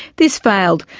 this failed,